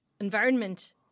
environment